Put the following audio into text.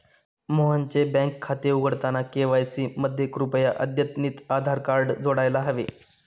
मोहनचे बँक खाते उघडताना के.वाय.सी मध्ये कृपया अद्यतनितआधार कार्ड जोडायला हवे